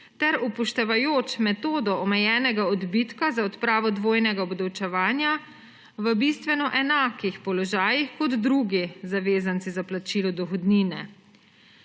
ter upoštevajoč metodo omejenega odbitka za odpravo dvojnega obdavčevanja v bistveno enakih položajih kot drugi zavezanci za plačilo dohodnine.